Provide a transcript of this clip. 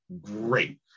great